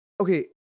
Okay